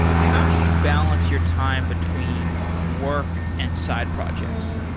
how do you balance your time between work and side projects?